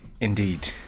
Indeed